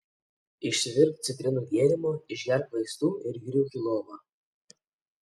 išsivirk citrinų gėrimo išgerk vaistų ir griūk į lovą